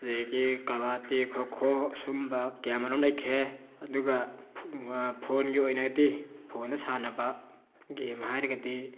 ꯑꯗꯒꯤ ꯀꯕꯥꯗꯤ ꯈꯣꯈꯣ ꯁꯨꯝꯕ ꯀꯌꯥ ꯃꯔꯨꯝ ꯂꯩꯈ꯭ꯔꯦ ꯑꯗꯨꯒ ꯐꯣꯟꯒꯤ ꯑꯣꯏꯅꯗꯤ ꯐꯣꯟꯗ ꯁꯥꯟꯅꯕ ꯒꯦꯝ ꯍꯥꯏꯔꯒꯗꯤ